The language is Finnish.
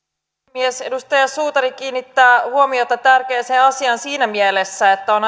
puhemies edustaja suutari kiinnittää huomiota tärkeään asiaan siinä mielessä että on